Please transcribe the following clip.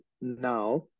now